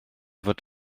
fod